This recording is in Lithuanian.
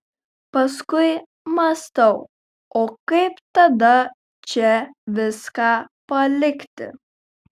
paskui mąstau o kaip tada čia viską palikti